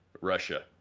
russia